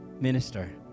minister